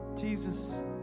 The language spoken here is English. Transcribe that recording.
Jesus